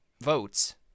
votes